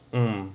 mm